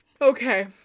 Okay